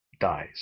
dies